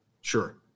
Sure